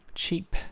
，cheap